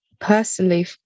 personally